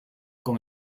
con